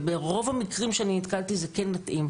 וברוב המקרים שאני נתקלתי זה כן מתאים,